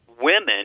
women